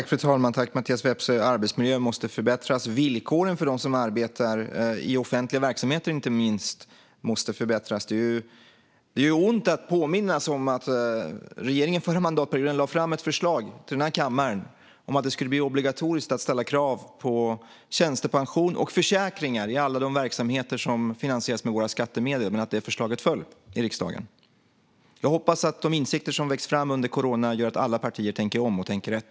Fru talman! Tack för frågan, Mattias Vepsä! Arbetsmiljön måste förbättras. Inte minst måste villkoren för dem som arbetar i offentliga verksamheter förbättras. Det gör ont att påminnas om att regeringen under förra mandatperioden lade fram ett förslag för den här kammaren om att det skulle bli obligatoriskt att ställa krav på tjänstepension och försäkringar i alla de verksamheter som finansieras med våra skattemedel och att detta förslag föll i riksdagen. Jag hoppas att de insikter som har väckts under corona gör att alla partier tänker om och tänker rätt.